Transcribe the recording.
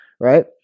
right